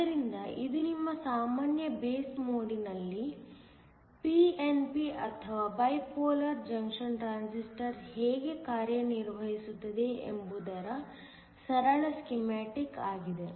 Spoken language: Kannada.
ಆದ್ದರಿಂದ ಇದು ನಿಮ್ಮ ಸಾಮಾನ್ಯ ಬೇಸ್ ಮೋಡ್ನಲ್ಲಿ pnp ಅಥವಾ ಬೈಪೋಲಾರ್ ಜಂಕ್ಷನ್ ಟ್ರಾನ್ಸಿಸ್ಟರ್ ಹೇಗೆ ಕಾರ್ಯನಿರ್ವಹಿಸುತ್ತದೆ ಎಂಬುದರ ಸರಳ ಸ್ಕೀಮ್ಯಾಟಿಕ್ ಆಗಿದೆ